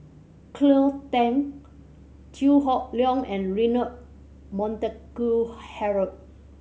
Cleo Thang Chew Hock Leong and Leonard Montague Harrod